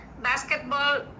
basketball